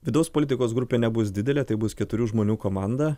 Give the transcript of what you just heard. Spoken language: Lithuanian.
vidaus politikos grupė nebus didelė tai bus keturių žmonių komanda